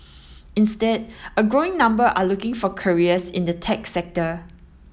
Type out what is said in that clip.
instead a growing number are looking for careers in the tech sector